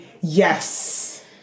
yes